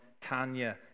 Tanya